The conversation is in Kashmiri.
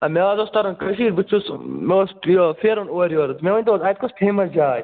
ٲں مےٚ حظ اوٗس تَرُن کٔشیٖرِ بہٕ چھُس مےٚ اوٗس یہِ پھیرُن اورٕ یور مےٚ ؤنۍ تو حظ اَتہِ کۄس فیمَس جاے